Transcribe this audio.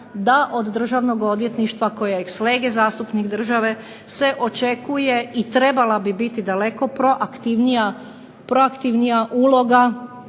da od Državnog odvjetništva koji je ex lege zastupnik države se očekuje i trebala bi biti daleko proaktivnija uloga